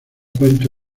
cuento